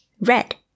red